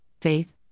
faith